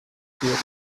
führen